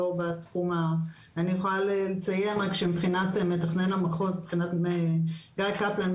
אני יכולה לציין רק שמבחינת מתכנן המחוז גיא קפלן,